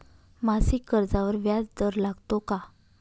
मासिक कर्जावर व्याज दर लागतो का?